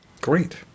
Great